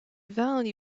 value